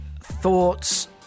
thoughts